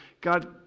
God